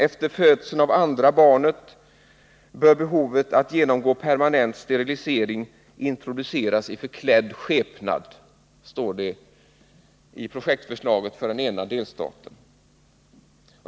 ”Efter födseln av andra barnet bör behovet av att genomgå permanent sterilisering introduceras i förklädd skepnad”, står det i projektförslaget för en av delstaterna.